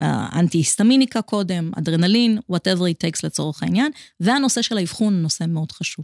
אנטי-היסטמיניקה קודם, אדרנלין, מה שנזדקק לצורך העניין, והנושא של האיבחון נושא מאוד חשוב.